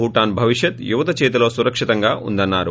భూటాన్ భవిష్యత్ యువత చేతిలో సురక్షితంగా ఉందన్నారు